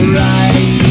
right